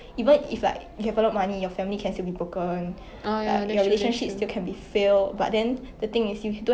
ya I think I think maybe that sentence is like doesn't make sense because right happiness